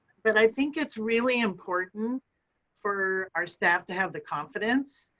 but i think it's really important for our staff to have the confidence.